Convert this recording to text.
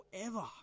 forever